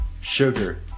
sugar